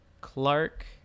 Clark